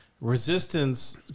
resistance